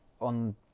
on